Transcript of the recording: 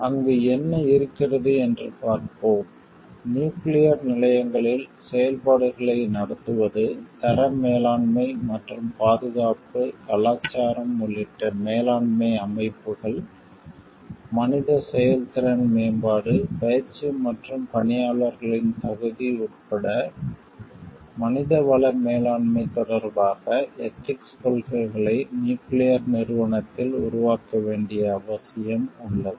அங்கு என்ன இருக்கிறது என்று பார்ப்போம் நியூக்கிளியர் நிலையங்களில் செயல்பாடுகளை நடத்துவது தர மேலாண்மை மற்றும் பாதுகாப்பு கலாச்சாரம் உள்ளிட்ட மேலாண்மை அமைப்புகள் மனித செயல்திறன் மேம்பாடு பயிற்சி மற்றும் பணியாளர்களின் தகுதி உட்பட மனித வள மேலாண்மை தொடர்பாக எதிக்ஸ் கொள்கைகளை நியூக்கிளியர் நிறுவனத்தில் உருவாக்க வேண்டிய அவசியம் உள்ளது